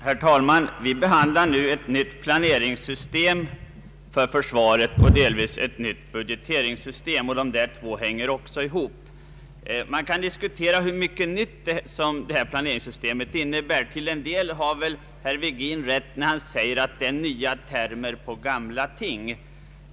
Herr talman! Vi behandlar nu ett nytt planeringssystem för försvaret och också ett nytt budgeteringssystem. Dessa två system hänger ihop. Man kan diskutera hur mycket nytt som detta planeringssystem innebär. Till en del har väl herr Virgin rätt när han säger att det är nya termer på gamla ting.